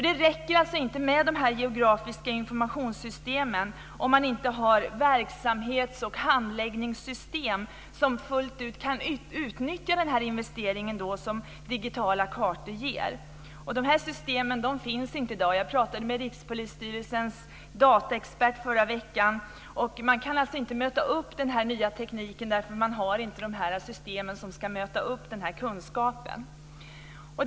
Det räcker alltså inte med att ha de geografiska informationssystemen om man inte har verksamhets och handläggningssystem som fullt ut kan utnyttja investeringen i digitala kartor. Dessa system finns inte i dag. Jag talade med Rikspolisstyrelsens dataexpert i förra veckan, som sade att man inte kan utnyttja den nya tekniken därför att man inte har de system som behövs för att ta emot den här informationen.